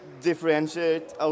differentiate